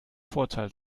vorteil